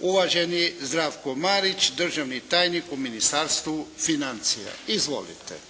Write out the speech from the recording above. Uvaženi Zdravko Marić, državni tajnik u Ministarstvu financija. Izvolite.